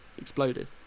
exploded